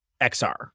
XR